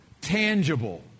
tangible